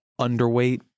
underweight